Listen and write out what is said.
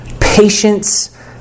patience